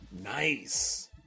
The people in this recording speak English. Nice